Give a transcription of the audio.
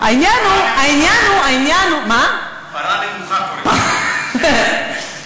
פרה נמוכה, קוראים לו.